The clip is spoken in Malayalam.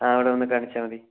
ആ അവിടെ വന്നു കാണിച്ചാൽ മതി